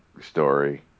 story